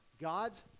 God's